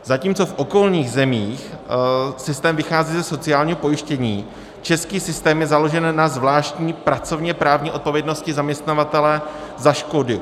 Zatímco v okolních zemích systém vychází ze sociálního pojištění, český systém je založen na zvláštní pracovněprávní odpovědnosti zaměstnavatele za škody.